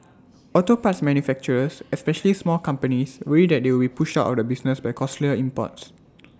auto parts manufacturers especially small companies worry they would be pushed out of business by costlier imports